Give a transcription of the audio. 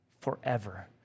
Forever